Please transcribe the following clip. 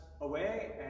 away